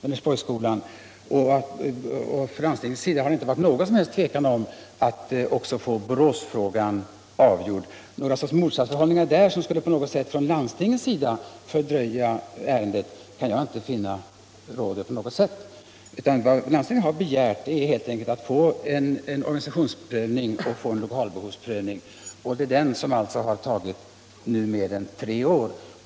Från landstingets sida har det inte varit någon som helst tvekan när det gäller att också få frågan om Boråsskolan avgjord. Jag kan inte finna att det råder någon sorts motsatsförhållande som skulle få landstinget att fördröja ärendet. Vad landstinget begärt är helt enkelt att få en organisationsoch lokalbehovsprövning. Det är den som nu tagit mer än tre år.